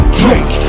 drink